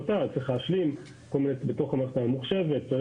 צריך להשלים את התהליך האלה בתוך המערכת הממוחשבת ואני